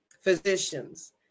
physicians